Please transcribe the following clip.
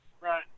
Right